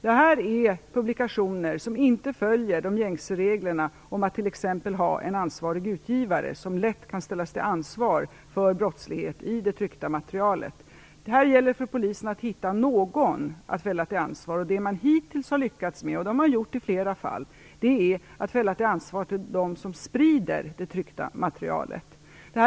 Detta är publikationer som inte följer de gängse reglerna om att t.ex. ha en ansvarig utgivare som lätt kan ställas till ansvar för brottslighet i det tryckta materialet. Här gäller det för polisen att hitta någon att fälla till ansvar. Det man hittills har lyckats med, och det har man gjort i flera fall, är att fälla dem som sprider det tryckta materialet till ansvar.